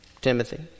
Timothy